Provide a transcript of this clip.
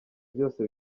byose